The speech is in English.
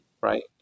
Right